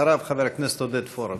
אחריו, חבר הכנסת עודד פורר.